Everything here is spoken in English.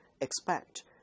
expect